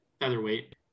featherweight